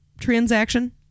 transaction